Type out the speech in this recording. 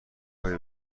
کاری